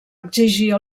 exigir